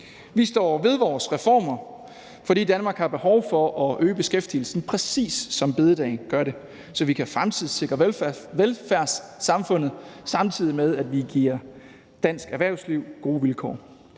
Vi står ved vores reformer, fordi Danmark har behov for at øge beskæftigelsen, præcis som afskaffelsen af bededagen gør det, så vi kan fremtidssikre velfærdssamfundet, samtidig med at vi giver dansk erhvervsliv gode vilkår.